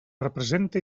represente